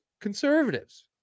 conservatives